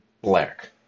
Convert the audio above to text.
black